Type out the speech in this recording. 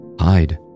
hide